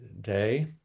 day